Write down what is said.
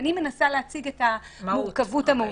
ואני מנסה להציג את המורכבות המהותית.